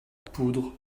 poudre